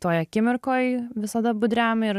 toj akimirkoj visada budriam ir